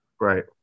right